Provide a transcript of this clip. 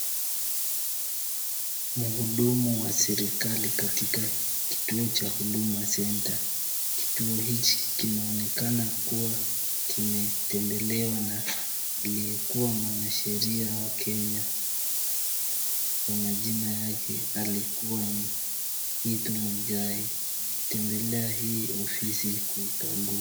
Mhudumu wa serikali katika kituo cha huduma centre. Kituo hiki kinaonekana kuwa kimetembelewa na aliyekuwa mwanasheria wa Kenya ambaye kwa majina yake alikuwa ni Githu Muigai. Ametembelea hii ofisi kuikagua.